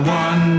one